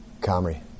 Comrie